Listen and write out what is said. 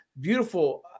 beautiful